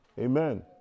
Amen